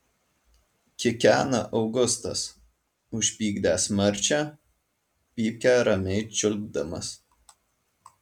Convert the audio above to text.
kikena augustas užpykdęs marčią pypkę ramiai čiulpdamas